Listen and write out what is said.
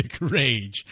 rage